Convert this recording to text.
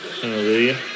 Hallelujah